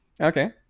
Okay